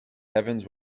heavens